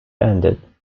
ended